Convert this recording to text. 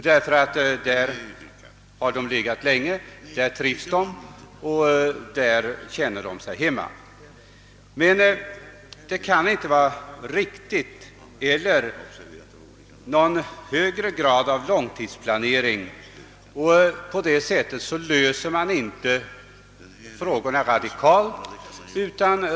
Där har förbanden legat länge, där trivs man och där känner man sig hemma. Men detta kan inte alltid vara riktigt och utgör sällan någon högre grad av långtidsplanering, och på detta sätt löser man inte frågorna radikalt.